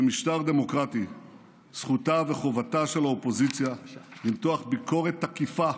במשטר דמוקרטי זכותה וחובתה של האופוזיציה למתוח ביקורת תקיפה,